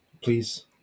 please